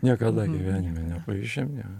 niekada gyvenime nepaišėm ne